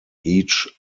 each